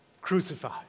crucified